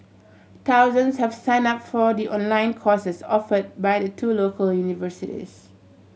thousands have signed up for the online courses offer by the two local universities